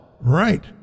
Right